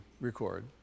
record